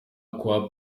kwa